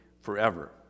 forever